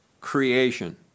creation